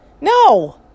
No